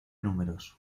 números